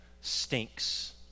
stinks